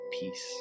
peace